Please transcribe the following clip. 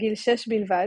בגיל 6 בלבד,